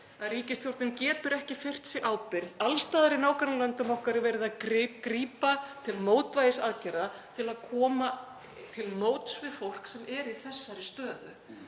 að ríkisstjórnin getur ekki firrt sig ábyrgð. Alls staðar í nágrannalöndum okkar er verið að grípa til mótvægisaðgerða til að koma til móts við fólk sem er í þessari stöðu.